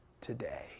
today